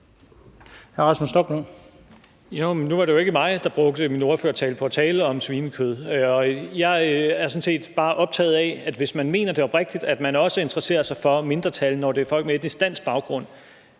Nu var det jo ikke mig, der brugte min ordførertale på at tale om svinekød. Jeg er sådan set bare optaget af, at hvis man mener det oprigtigt, altså at man også interesserer sig for mindretal, når det er folk med etnisk dansk baggrund,